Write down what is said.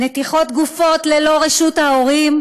נתיחת גופות ללא רשות ההורים?